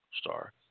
star